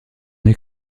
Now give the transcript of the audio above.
est